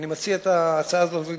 אני מציע להוריד את ההצעה מסדר-היום.